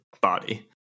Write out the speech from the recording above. body